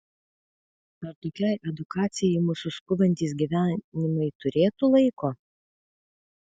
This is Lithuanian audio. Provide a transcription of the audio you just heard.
ar tokiai edukacijai mūsų skubantys gyvenimai turėtų laiko